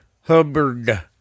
Hubbard